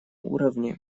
уровне